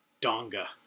Donga